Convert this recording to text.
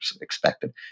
expected